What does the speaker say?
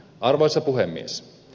arvoisa puhemies